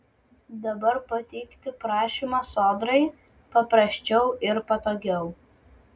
dabar pateikti prašymą sodrai paprasčiau ir patogiau